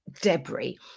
debris